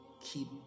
keep